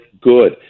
good